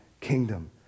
kingdom